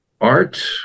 art